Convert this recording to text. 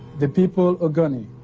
the people ogoni.